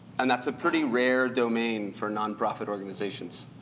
and that's a pretty rare domain for nonprofit organizations.